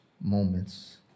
moments